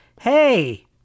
hey